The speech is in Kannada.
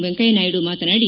ವೆಂಕಯ್ಯನಾಯ್ದು ಮಾತನಾಡಿ